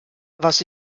was